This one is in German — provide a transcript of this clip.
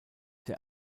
der